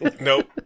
Nope